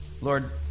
Lord